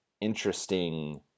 interesting